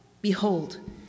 behold